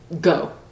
Go